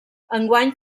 enguany